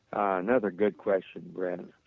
another good question, brett.